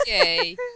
Okay